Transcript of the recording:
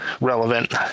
relevant